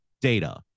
data